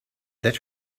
let